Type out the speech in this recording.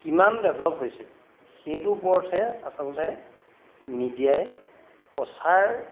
কিমান ডেভেলপ হৈছে সেইটোৰ ওপৰতহে আচলতে মিডিয়াই প্ৰচাৰ